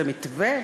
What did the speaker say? זה מתווה?